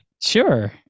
Sure